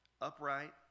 upright